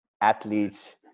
athletes